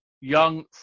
young